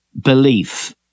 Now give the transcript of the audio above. belief